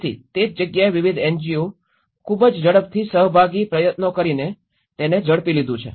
તેથી તે જ જગ્યાએ વિવિધ એનજીઓ એ ખૂબ જ ઝડપથી સહભાગી પ્રયત્નો કરીને તે ઝડપી લીધું છે